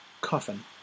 coffin